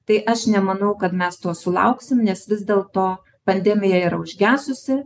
tai aš nemanau kad mes to sulauksim nes vis dėlto pandemija yra užgesusi